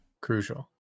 Crucial